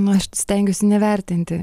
nu aš stengiuosi nevertinti